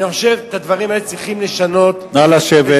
אני חושב שאת הדברים האלה צריכים לשנות, נא לשבת.